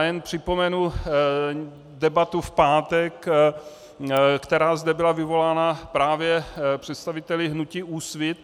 Jen připomenu debatu v pátek, která zde byla vyvolána právě představiteli hnutí Úsvit.